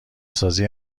سازی